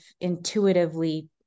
intuitively